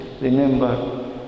remember